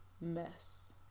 mess